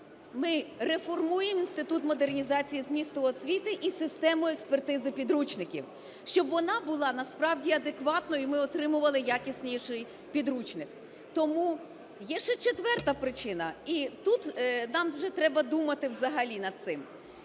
Ми реформуємо Інститут модернізації змісту освіти і систему експертизи підручників, щоб вона була насправді адекватною і ми отримували якісніший підручник. Тому…, є ще четверта причина. І тут нам вже треба думати взагалі над цим.